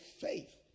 faith